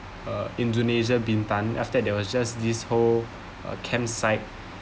uh indonesia bintan after there was just this whole uh campsite